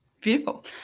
beautiful